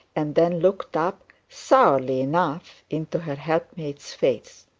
and then looked up, sourly enough, into her helpmate's face.